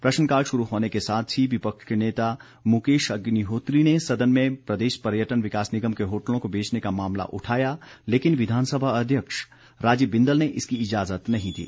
प्रश्नकाल शुरू होने के साथ ही विपक्ष के नेता मुकेश अग्निहोत्री ने सदन में प्रदेश पर्यटन विकास निगम के होटलों को बेचने का मामला उठाया लेकिन विधानसभा अध्यक्ष राजीव बिंदल ने इसकी इजाजत नहीं दी